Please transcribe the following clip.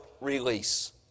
release